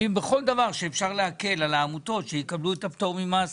בכל דבר שאפשר להקל על העמותות שיקבלו את הפטור ממס